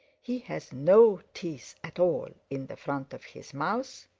he has no teeth at all in the front of his mouth